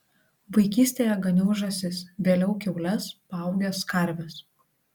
vaikystėje ganiau žąsis vėliau kiaules paaugęs karves